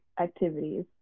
activities